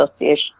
Association